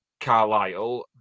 Carlisle